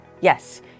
Yes